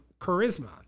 charisma